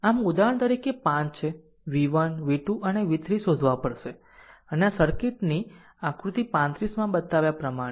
આમ ઉદાહરણ તરીકે 5 છે v1 v2 અને v3 શોધવા પડશે અને આ સર્કિટની આકૃતિ 35 માં બતાવ્યા પ્રમાણે